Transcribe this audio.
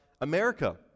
America